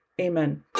amen